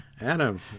Adam